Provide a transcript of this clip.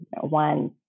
one